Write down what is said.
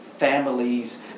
families